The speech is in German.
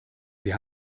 wir